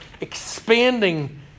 expanding